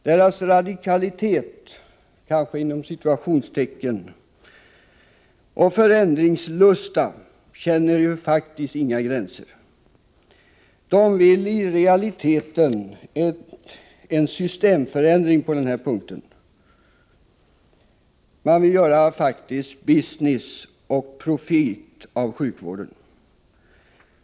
Deras ”radikalitet” och förändringslusta vet faktiskt inte av några gränser. Moderaterna vill i realiteten få till stånd en systemförändring på den här punkten. De vill faktiskt göra business och profit av sjukvården.